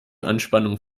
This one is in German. anspannung